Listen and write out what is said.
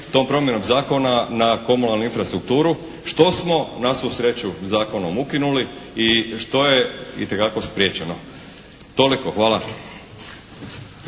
tom promjenom zakona na komunalnu infrastrukturu što smo na svu sreći zakonom ukinuli i što je itekako spriječeno. Toliko. Hvala.